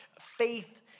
faith